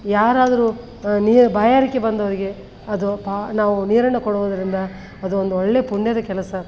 ಯಾರಾದರೂ ನೀರು ಬಾಯಾರಿಕೆ ಬಂದವರಿಗೆ ಅದು ಪಾ ನಾವು ನೀರನ್ನು ಕೊಡುವುದರಿಂದ ಅದೊಂದು ಒಳ್ಳೆಯ ಪುಣ್ಯದ ಕೆಲಸ